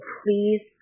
please